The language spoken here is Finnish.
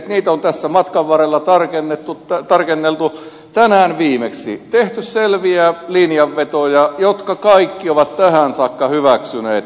niitä on tässä matkan varrella tarkenneltu tänään viimeksi tehty selviä linjanvetoja jotka kaikki ovat tähän saakka hyväksyneet